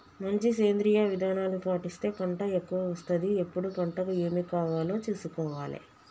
మంచి సేంద్రియ విధానాలు పాటిస్తే పంట ఎక్కవ వస్తది ఎప్పుడు పంటకు ఏమి కావాలో చూసుకోవాలే